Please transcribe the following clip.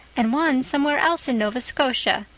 and one somewhere else in nova scotia,